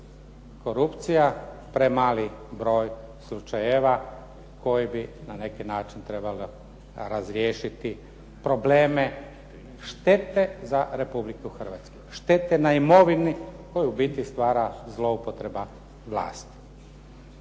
korupcija premali broj slučajeva koje bi na neki način trebalo razriješiti probleme štete za Republiku Hrvatsku, štete na imovini koju u biti stvara zloupotreba vlasti.